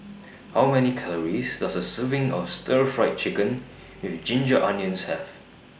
How Many Calories Does A Serving of Stir Fried Chicken with Ginger Onions Have